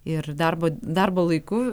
ir darbo darbo laiku